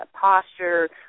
posture